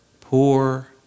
poor